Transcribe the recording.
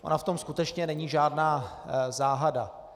Ona v tom skutečně není žádná záhada.